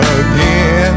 again